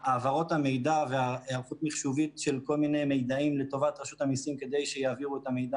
אני אחזור על השאלה כפי ששאלתי את אלינה.